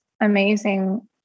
amazing